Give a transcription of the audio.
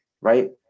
right